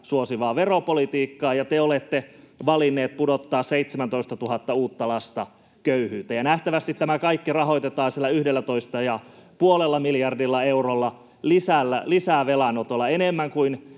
suosivaa veropolitiikkaa ja te olette valinneet pudottaa 17 000 uutta lasta köyhyyteen. Ja nähtävästi tämä kaikki rahoitetaan sillä 11,5 miljardilla eurolla, lisävelanotolla, enemmän kuin